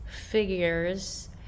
figures